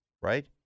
right